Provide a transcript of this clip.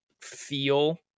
feel